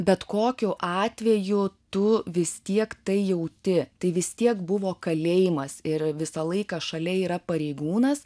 bet kokiu atveju tu vis tiek tai jauti tai vis tiek buvo kalėjimas ir visą laiką šalia yra pareigūnas